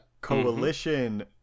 Coalition